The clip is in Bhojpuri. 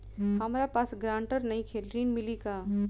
हमरा पास ग्रांटर नईखे ऋण मिली का?